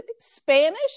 Spanish